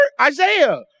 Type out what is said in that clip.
Isaiah